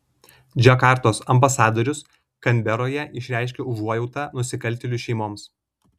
džakartos ambasadorius kanberoje išreiškė užuojautą nusikaltėlių šeimoms